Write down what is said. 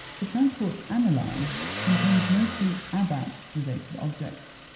the transports analyzed contained mostly abap related objects,